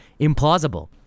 Implausible